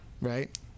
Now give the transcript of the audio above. right